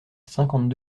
cinquante